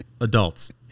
adults